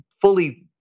fully